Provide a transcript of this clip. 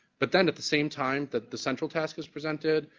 but then at the same time that the central task is presented,